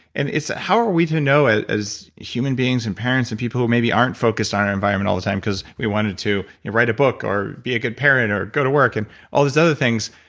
and it's how are we to know as human beings and parents and people who maybe aren't focused on our environment all the time because we wanted to write a book, or be a good parent, or go to work, and all these other things.